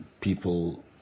people